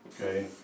Okay